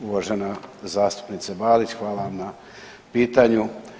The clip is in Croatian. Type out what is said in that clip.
Uvažena zastupnice Balić, hvala vam na pitanju.